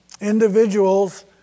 individuals